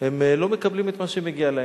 הם לא מקבלים את מה שמגיע להם.